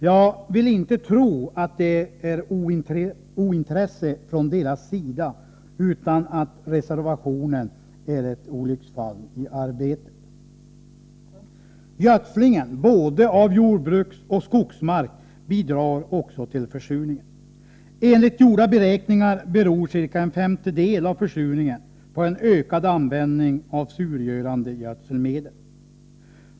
Jag vill inte tro att det är ointresse från deras sida, utan att reservationen är ett olycksfall i arbetet. Gödslingen, både av jordbruksoch skogsmark, bidrar också till försurningen. Enligt gjorda beräkningar beror ca en femtedel av försurningen på ökad användning av surgörande gödselmedel.